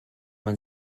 man